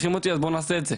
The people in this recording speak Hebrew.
אז בוא נעשה את זה.